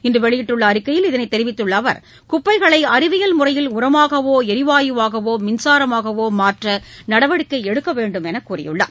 இன்று வெளியிட்டுள்ள அறிக்கையில் இதனைத் தெரிவித்துள்ள அவர் குப்பைகளை அறிவியல் முறையில் உரமாகவோ எரிவாயுவாகவோ மின்சாரமாகவோ மாற்ற நடவடிக்கை எடுக்க வேண்டும் என்று கூறியுள்ளார்